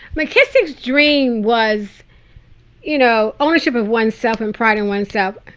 mckissick's dream was you know ownership of one's self and pride in one's self.